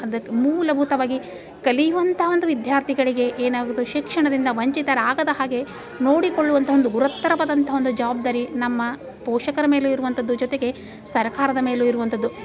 ಅದಕ್ಕೆ ಮೂಲಭೂತವಾಗಿ ಕಲಿಯುವಂಥ ಒಂದು ವಿದ್ಯಾರ್ಥಿಗಳಿಗೆ ಏನಾಗುವುದು ಶಿಕ್ಷಣದಿಂದ ವಂಚಿತರಾಗದ ಹಾಗೆ ನೋಡಿಕೊಳ್ಳುವಂಥ ಒಂದು ಗುರುತರವಾದಂಥ ಒಂದು ಜವಬ್ದಾರಿ ನಮ್ಮ ಪೋಷಕರ ಮೇಲೂ ಇರುವಂಥದ್ದು ಜೊತೆಗೆ ಸರ್ಕಾರದ ಮೇಲು ಇರುವಂಥದ್ದು